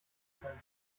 können